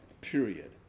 Period